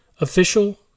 Official